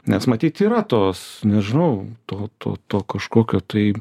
nes matyt yra tos nežinau to to to kažkokio tai